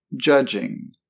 judging